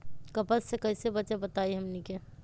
कपस से कईसे बचब बताई हमनी के?